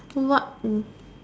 what